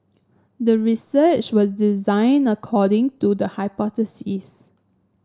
the research was designed according to the hypothesis